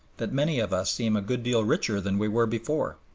that many of us seem a good deal richer than we were before.